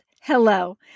hello